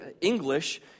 English